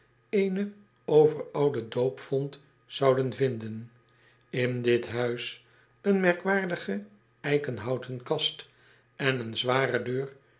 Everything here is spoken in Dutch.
eene overoude doopvont zouden vinden in dit huis een merkwaardige eikenhouten kast en een zware deur